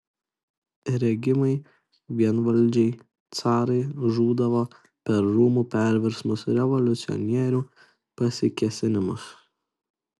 regimai vienvaldžiai carai žūdavo per rūmų perversmus revoliucionierių pasikėsinimus